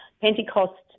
Pentecost